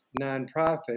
nonprofit